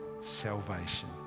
salvation